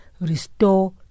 Restore